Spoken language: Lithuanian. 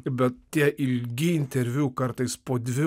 bet tie ilgi interviu kartais po dvi